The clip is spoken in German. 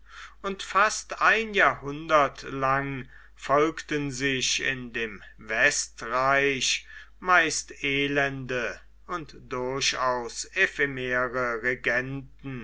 und fast ein jahrhundert lang folgten sich in dem westreich meist elende und durchaus ephemere